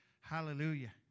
Hallelujah